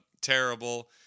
terrible